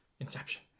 Inception